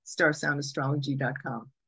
StarSoundAstrology.com